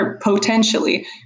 potentially